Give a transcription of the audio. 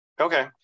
Okay